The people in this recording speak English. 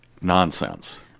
nonsense